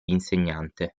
insegnante